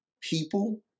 People